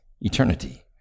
eternity